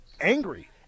angry